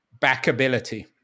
backability